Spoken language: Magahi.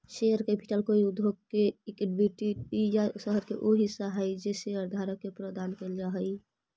शेयर कैपिटल कोई उद्योग के इक्विटी या शहर के उ हिस्सा हई जे शेयरधारक के प्रदान कैल जा हई